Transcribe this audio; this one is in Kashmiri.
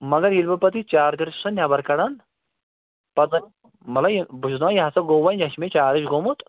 مگر ییٚلہِ بہٕ پتہٕ یہِ چارجَر چھُسَن نٮ۪بَر کَڑان پتہٕ مطلب یہِ بہٕ چھُس دَپان یہِ ہَسا گوٚو وۄنۍ یہِ ہہ چھُ چارٕج گوٚمُت